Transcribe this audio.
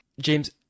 James